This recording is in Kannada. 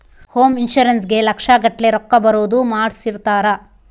ಹೋಮ್ ಇನ್ಶೂರೆನ್ಸ್ ಗೇ ಲಕ್ಷ ಗಟ್ಲೇ ರೊಕ್ಕ ಬರೋದ ಮಾಡ್ಸಿರ್ತಾರ